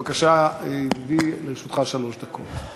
בבקשה, ידידי, לרשותך שלוש דקות.